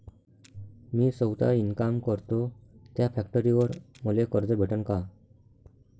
मी सौता इनकाम करतो थ्या फॅक्टरीवर मले कर्ज भेटन का?